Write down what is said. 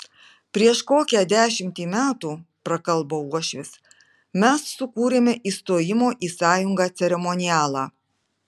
prieš kokią dešimtį metų prakalbo uošvis mes sukūrėme įstojimo į sąjungą ceremonialą